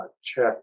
check